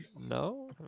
No